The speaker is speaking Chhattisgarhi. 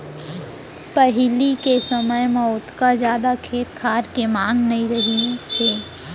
पहिली के समय म ओतका जादा खेत खार के मांग नइ रहिस हे